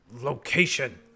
location